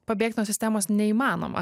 pabėgt nuo sistemos neįmanoma